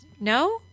No